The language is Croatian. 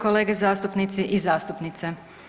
Kolege zastupnici i zastupnice.